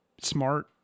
Smart